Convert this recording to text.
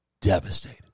devastated